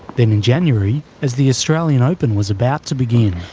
then in january, as the australian open was about to begin,